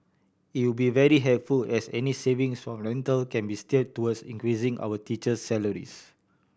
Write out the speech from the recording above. it would be very helpful as any savings from rental can be steered towards increasing our teacher's salaries